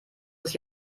sich